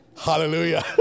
Hallelujah